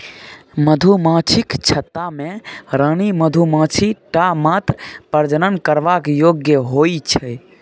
मधुमाछीक छत्ता मे रानी मधुमाछी टा मात्र प्रजनन करबाक योग्य होइ छै